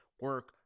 Work